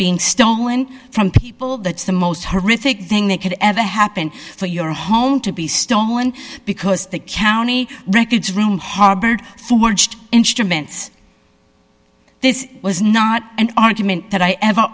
being stolen from people that's the most horrific thing that could ever happen for your home to be stolen because the county records room harbored forged instruments this was not an argument that i ever